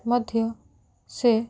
ମଧ୍ୟ ସେ